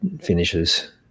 finishes